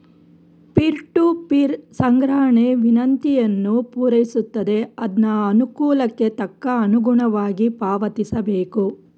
peer to peer ಸಂಗ್ರಹಣೆ ವಿನಂತಿಯನ್ನು ಪೂರೈಸುತ್ತದೆ ಅದ್ನ ಅನುಕೂಲಕ್ಕೆ ತಕ್ಕ ಅನುಗುಣವಾಗಿ ಪಾವತಿಸಬೇಕು